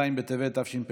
ז' בטבת תשפ"א,